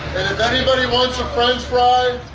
and if anybody wants a french fry,